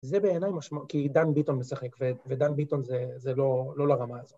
זה בעיניי משמעות, כי דן ביטון משחק, ודן ביטון זה לא לרמה הזאת.